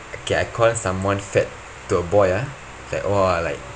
okay I call someone fat to a boy ah like !wah! like